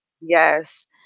Yes